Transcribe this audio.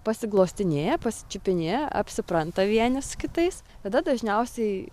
pasiglostinėja pasičiupinėja apsipranta vieni su kitais tada dažniausiai